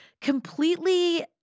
completely